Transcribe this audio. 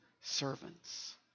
servants